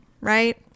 right